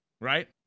Right